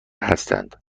هستند